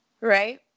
right